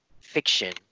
fiction